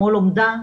כמו לומדה,